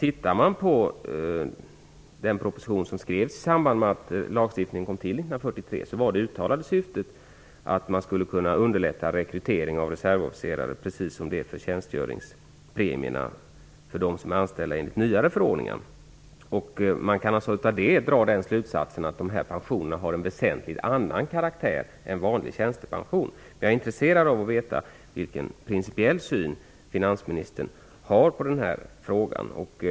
I den proposition som skrevs i samband med att lagstiftningen kom till 1943 var det uttalade syftet att underlätta rekrytering av reservofficerare, på samma sätt som tjänstgöringspremierna för dem som är anställa enligt nyare förordningar. Man kan av detta dra den slutsatsen att pensionerna har väsentligt annan karaktär än vanlig tjänstepension. Jag är intresserad av att veta vilken principiell syn finansministern har på denna fråga.